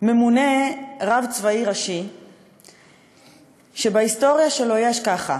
ממונה רב צבאי ראשי שבהיסטוריה שלו יש ככה: